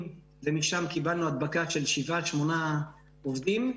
ומשם קיבלנו הדבקה של שבעה-שמונה עובדים.